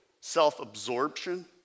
self-absorption